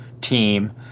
team